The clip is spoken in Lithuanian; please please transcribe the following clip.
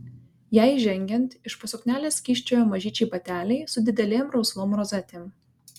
jai žengiant iš po suknelės kyščiojo mažyčiai bateliai su didelėm rausvom rozetėm